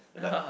ya